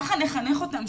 ככה צריך לחנך אותם,